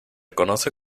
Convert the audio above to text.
conoce